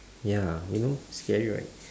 ya you know scary right